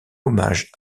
hommage